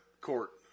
court